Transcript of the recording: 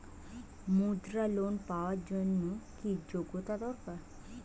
মুদ্রা লোন পাওয়ার জন্য কি যোগ্যতা দরকার?